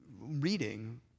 reading